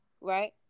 right